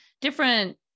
different